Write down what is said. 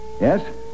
Yes